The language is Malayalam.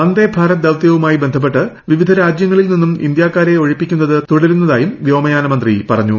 വന്ദേ ഭാരത് ദൌത്യവുമായി ബന്ധപ്പെട്ട വിവിധ ്രാജ്യങ്ങളിൽ നിന്ന് ഇന്ത്യാക്കാരെ ഒഴിപ്പിക്കുന്നത് തുടരുന്നതായും വ്യോമയാന മന്ത്രി പറഞ്ഞു